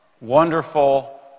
wonderful